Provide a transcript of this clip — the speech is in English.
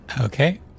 Okay